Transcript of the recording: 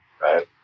right